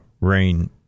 rain